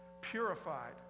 purified